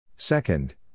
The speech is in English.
Second